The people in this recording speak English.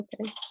okay